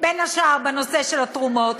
בין השאר בנושא של התרומות,